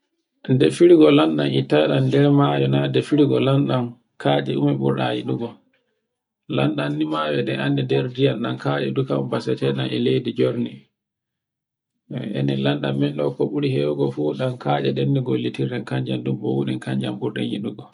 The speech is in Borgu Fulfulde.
Defirgo lamman ittai ɗan nder mayo na defirgo lamɗan katce ɗume burɗa yiɗugo. Lanɗan mayo e ɗe anndi nder ndiyam ɗan kaye edu kam basateɗen e ɗow leydi jorndi. Enen lanɗan men ɗo ko buri hewugo fu ɗan katcce ɗen ni gollitirten kanjan bowuɗen, kanjan burigo yiɗugo.